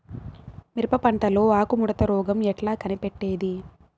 మిరప పంటలో ఆకు ముడత రోగం ఎట్లా కనిపెట్టేది?